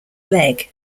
leg